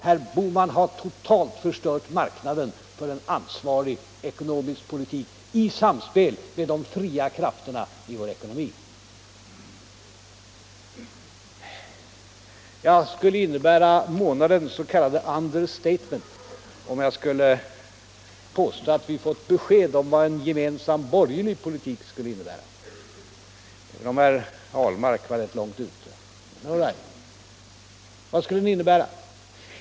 Herr Bohman har totalt förstört sin marknad för en ansvarig ekonomisk politik i samspel med de fria krafterna i vår ekonomi. Det vore månadens s.k. understatement att påstå att vi har fått besked om vad en gemensam borgerlig politik skulle innebära, även om herr Ahlmark var rätt långt ute.